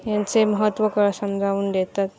ह्यांंचे महत्त्व कळ समजावून देतात